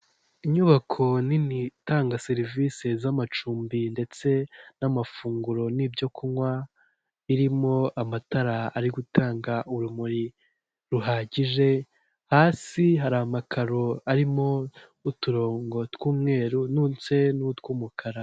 Inyubako nini itanga serivisi z'amacumbi ndetse n'amafunguro n'ibyo kunywa; birimo amatara ari gutanga urumuri ruhagije; hasi hari amakaro arimo uturongo tw'umweru ndetse n'utw'umukara.